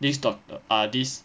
this doctor ah this